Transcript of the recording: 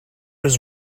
was